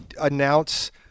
announce